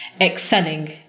excelling